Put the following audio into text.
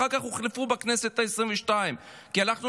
אחר כך הוחלפו בכנסת העשרים-ושתיים,